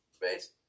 base